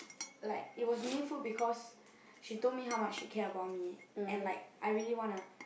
like it was meaningful because she told me how much she care about me and like I really wanna